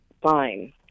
fine